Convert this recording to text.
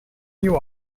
you